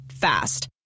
Fast